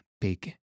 big